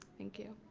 thank you.